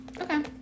Okay